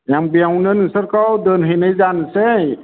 जों बेयावनो नोंसोरखौ दोनहैनाय जानोसै